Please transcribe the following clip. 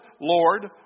Lord